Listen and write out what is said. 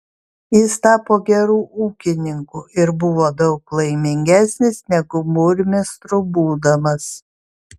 jis tapo geru ūkininku ir buvo daug laimingesnis negu burmistru būdamas